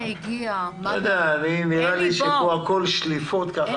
לא יודע, נראה לי שפה הכול שליפות.